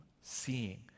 seeing